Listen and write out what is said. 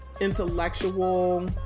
intellectual